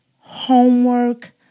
homework